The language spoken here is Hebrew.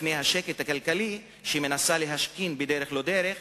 לפני השקט הכלכלי שהיא מנסה להשכין בדרך-לא-דרך,